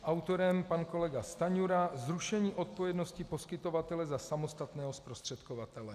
Autorem pan kolega Stanjura, zrušení odpovědnosti poskytovatele za samostatného zprostředkovatele.